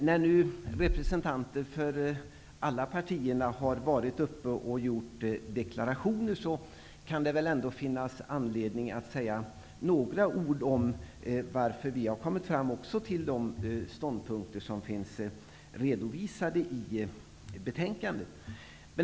När nu representanter för alla partier har gjort deklarationer, kan det väl ändå finnas anledning för mig att säga några ord om varför även vi har kommit fram till de ståndpunkter som finns redovisade i betänkandet.